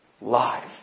life